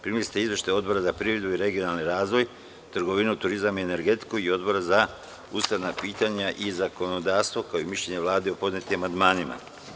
Primili ste izveštaje Odbora za privredu i regionalni razvoj, trgovinu, turizam i energetiku i Odbora za ustavna pitanja i zakonodavstvo, kao i mišljenje Vlade o podnetim amandmanima.